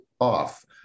off